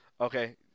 Okay